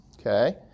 okay